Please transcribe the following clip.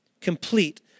Complete